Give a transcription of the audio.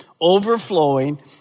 overflowing